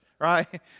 right